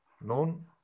Known